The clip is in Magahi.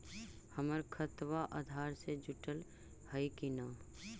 हमर खतबा अधार से जुटल हई कि न?